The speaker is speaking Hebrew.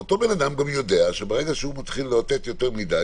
אותו בן אדם גם יודע שברגע שהוא מתחיל לאותת יותר מדי,